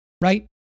right